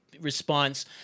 response